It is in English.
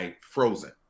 frozen